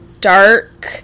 dark